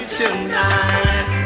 tonight